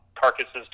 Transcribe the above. carcasses